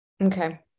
okay